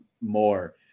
more